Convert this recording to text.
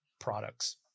products